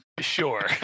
Sure